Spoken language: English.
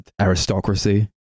aristocracy